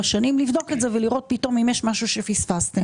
שנים לבדוק את זה ולראות אם יש משהו שפספסתם.